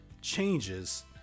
changes